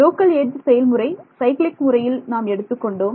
local edge செயல்முறை cyclic முறையில் நாம் எடுத்துக் கொண்டோம்